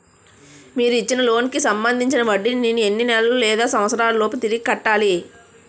మీరు ఇచ్చిన లోన్ కి సంబందించిన వడ్డీని నేను ఎన్ని నెలలు లేదా సంవత్సరాలలోపు తిరిగి కట్టాలి?